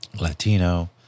Latino